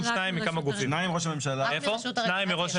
שניים מראש הממשלה.